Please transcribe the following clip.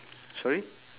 sorry